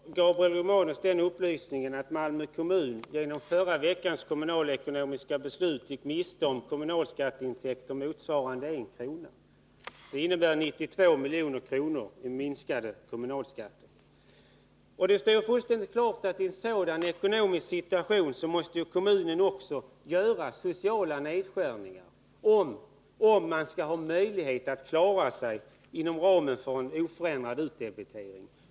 Herr talman! Jag gav Gabriel Romanus den upplysningen att Malmö kommun genom förra veckans kommunalekonomiska beslut går miste om kommunalskatteintäkter motsvarande 1 kronas utdebitering. Det innebär 92 milj.kr. i minskade kommunalskatter. Det står fullständigt klart att kommunen i en sådan ekonomisk situation måste göra sociala nedskärningar — om det skall finnas möjlighet att hålla sig inom ramen för en oförändrad utdebitering.